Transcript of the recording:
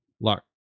lock